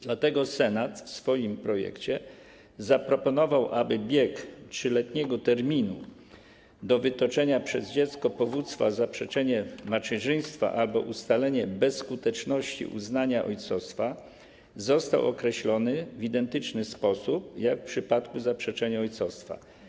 Dlatego Senat w swoim projekcie zaproponował, aby bieg 3-letniego terminu do wytoczenia przez dziecko powództwa o zaprzeczenie macierzyństwa albo ustalenie bezskuteczności uznania ojcostwa został określony w identyczny sposób jak w przypadku zaprzeczenia ojcostwa.